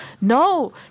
No